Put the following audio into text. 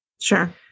Sure